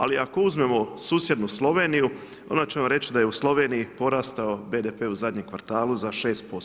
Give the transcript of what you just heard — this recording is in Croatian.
Ali ako uzmemo susjednu Sloveniju onda ću vam reći da je u Sloveniji porastao BDP u zadnjem kvartalu za 6%